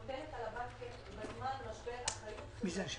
מוטלת על הבנקים בזמן משבר אחריות מוסרית.